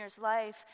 life